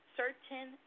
certain